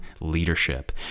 leadership